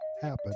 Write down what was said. happen